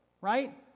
right